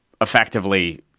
effectively